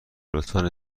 لطفا